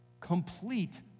complete